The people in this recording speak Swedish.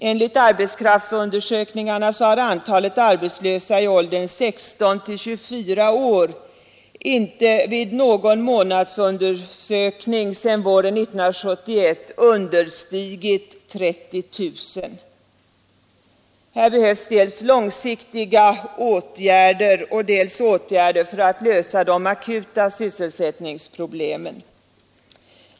Enligt arbetskraftsundersökningarna har antalet arbetslösa i åldern 16—24 år inte vid någon månadsundersökning sedan våren 1971 understigit 30 000. Här behövs dels långsiktiga åtgärder, dels åtgärder för att lösa de akuta sysselsättningsproblemen.